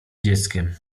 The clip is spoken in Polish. dzieckiem